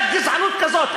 יש גזענות כזאת.